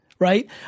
Right